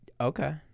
Okay